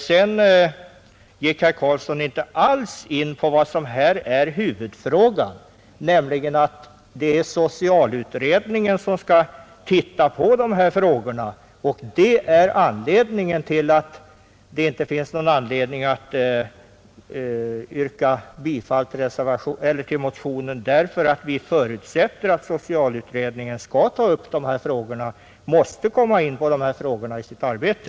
Vidare gick herr Karlsson inte alls in på vad som här är huvudfrågan, nämligen att socialutredningen skall titta på dessa spörsmål. Det är det som är skälet till att det inte finns anledning att yrka bifall till motionen. Vi förutsätter att socialutredningen måste komma in på dessa frågor i sitt arbete.